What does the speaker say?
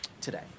today